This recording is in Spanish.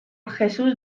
jesús